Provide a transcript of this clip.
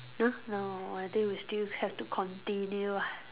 !huh! no I think we still have to continue ah